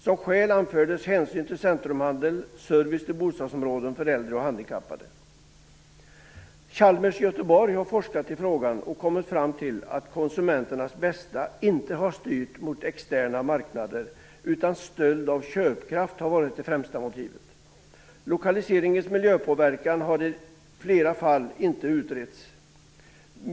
Som skäl anfördes hänsyn till centrumhandel, service i bostadsområden för äldre och handikappade. Chalmers i Göteborg har forskat i frågan och kommit fram till att konsumenternas bästa inte har styrt mot externa marknader, utan stöld av köpkraft har varit det främsta motivet. Lokaliseringens miljöpåverkan har i flera fall inte utretts.